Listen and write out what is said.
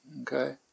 Okay